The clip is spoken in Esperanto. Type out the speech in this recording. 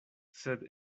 sed